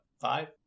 five